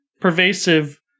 pervasive